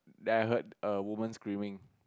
then I heard a woman screaming